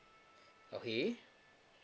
okay